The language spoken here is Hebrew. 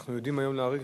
אנחנו יודעים היום להעריך,